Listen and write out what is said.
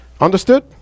Understood